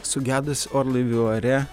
sugedus orlaiviui ore